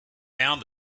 found